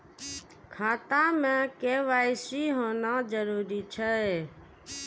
खाता में के.वाई.सी होना जरूरी छै?